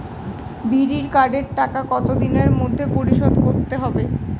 বিড়ির কার্ডের টাকা কত দিনের মধ্যে পরিশোধ করতে হবে?